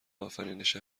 آفرینش